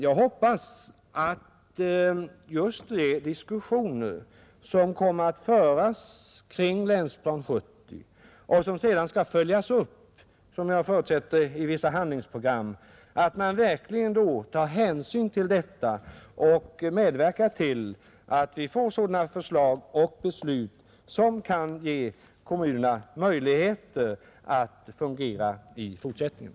Jag förutsätter att Länsprogram 1970 skall följas upp i vissa handlingsprogram. Jag hoppas att man då tar hänsyn till detta och medverkar till att vi verkligen får förslag till åtgärder som kan ge kommunerna möjligheter att fungera i fortsättningen.